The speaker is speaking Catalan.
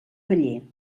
paller